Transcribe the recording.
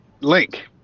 Link